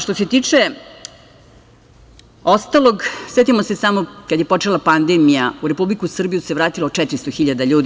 Što se tiče ostalog, setimo se samo kada je počela pandemija, u Republiku Srbiju se vratilo 400 hiljada ljudi.